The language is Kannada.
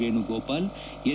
ವೇಣುಗೋಪಾಲ್ ಎನ್